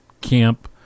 camp